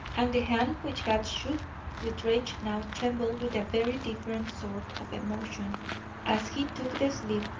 and the hand which had shook with rage now trembled with a very different sort of emotion as he took the slip,